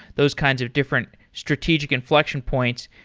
those kinds of different strategic inflection points.